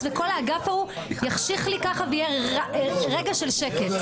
וכל האגף ההוא יחשיך לי ככה ויהיה רגע של שקט.